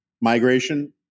migration